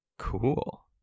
Cool